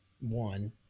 One